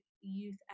youth